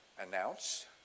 announce